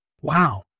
Wow